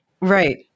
right